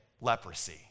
leprosy